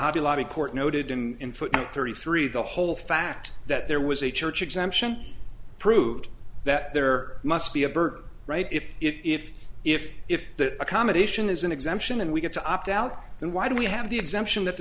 hobby lobby court noted in footnote thirty three the whole fact that there was a church exemption proved that there must be a burden right if if if if that accommodation is an exemption and we get to opt out then why why do we have the exemption that the